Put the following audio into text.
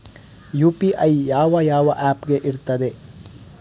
UPI ಯಾವ ಯಾವ app ಗೆ ಇರ್ತದೆ?